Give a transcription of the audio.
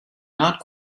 not